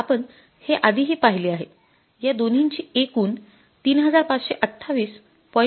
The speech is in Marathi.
आपण हे आधी हि पहिले आहे या दोन्हींची एकूण ३५२८